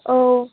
औ